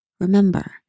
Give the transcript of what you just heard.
remember